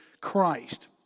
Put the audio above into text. Christ